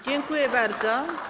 Dziękuję bardzo.